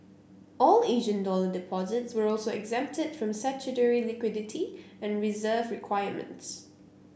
all Asian dollar deposits were also exempted from statutory liquidity and reserve requirements